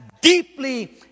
deeply